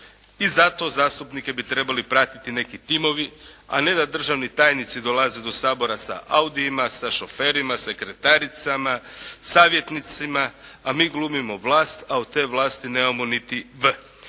I zato zastupnike bi trebali pratiti neki timovi, a ne da državni tajnici dolaze do Sabora sa "Audijima", sa šoferima, sekretaricama, savjetnicima, a mi glumimo vlast, a od te vlasti nemamo niti "v".